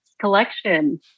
collection